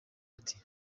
ati